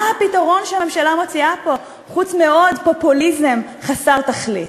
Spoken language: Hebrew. מה הפתרון שהממשלה מציעה פה חוץ מעוד פופוליזם חסר תכלית?